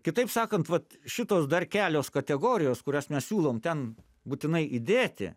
kitaip sakant vat šitos dar kelios kategorijos kurias mes siūlom ten būtinai įdėti